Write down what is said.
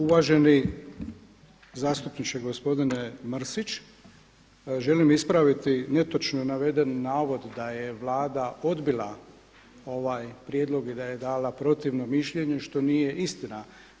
Uvaženi zastupniče gospodine Mrsić, želim ispraviti netočno naveden navod da je Vlada odbila ovaj prijedlog i da je dala protivno mišljenje što nije istina.